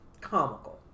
comical